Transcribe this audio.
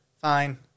Fine